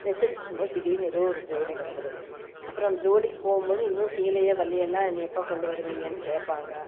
நெசிச்ட்ருக்கும்போது திடீர்னு ஏதோவொரு ஜோலி வந்துடும் அப்றம் அந்த ஜோலிக்கு போகும்போது இன்னும் சீலையே வரலையேனா நீ எப்போ கொண்டு வருவீங்கன்னு கேட்பாங்க